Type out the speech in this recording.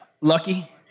Lucky